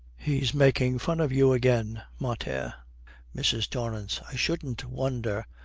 he's making fun of you again, mater mrs. torrance. i shouldn't wonder.